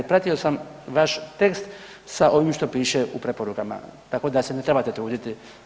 Pratio sam vaš tekst sa ovim što piše u preporukama, tako da se ne trebate truditi.